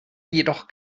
jedoch